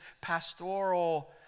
pastoral